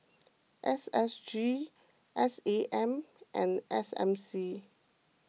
S S G S A M and S M C